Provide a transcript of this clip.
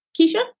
Keisha